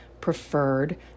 preferred